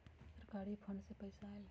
सरकारी फंड से पईसा आयल ह?